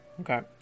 Okay